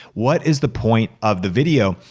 what is the point of the video?